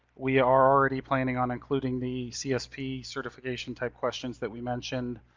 we are already planning on including the csp certification type questions that we mentioned,